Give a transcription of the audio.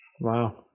Wow